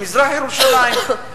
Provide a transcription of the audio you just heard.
במזרח-ירושלים,